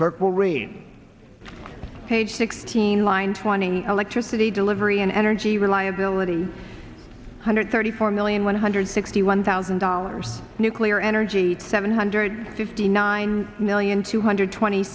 will read page sixteen line twenty electricity delivery and energy reliability hundred thirty four million one hundred sixty one thousand dollars nuclear energy seven hundred fifty nine million two hundred twenty